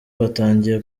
batangiye